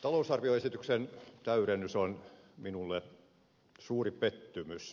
talousarvioesityksen täydennys on minulle suuri pettymys